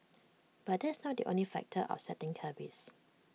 but that is not the only factor upsetting cabbies